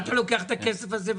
מה אתה לוקח את הכסף הזה?